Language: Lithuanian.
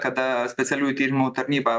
kada specialiųjų tyrimų tarnyba